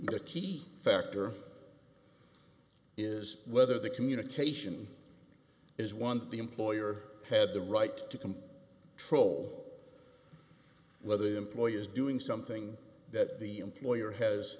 the key factor is whether the communication is one thing employer had the right to come troll whether the employer is doing something that the employer has